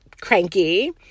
cranky